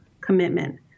commitment